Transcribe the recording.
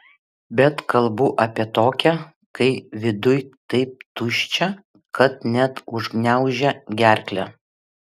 bet kalbu apie tokią kai viduj taip tuščia kad net užgniaužia gerklę